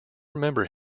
remember